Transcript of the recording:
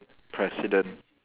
president